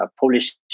published